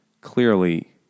Clearly